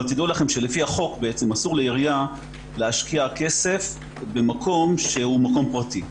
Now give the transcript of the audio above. אבל תדעו לכם שלפי החוק אסור לעירייה להשקיע כסף במקום שהוא מקום פרטי.